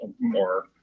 more